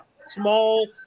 small